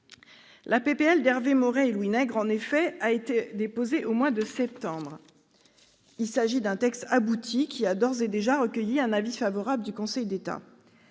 de loi d'Hervé Maurey et de Louis Nègre a en effet été déposée au mois de septembre. Il s'agit d'un texte abouti, qui a d'ores et déjà recueilli un avis favorable du Conseil d'État.